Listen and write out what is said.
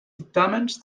dictàmens